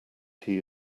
key